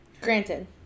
Granted